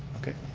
okay.